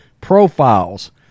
profiles